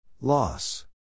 Loss